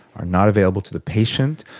are not available to the patient,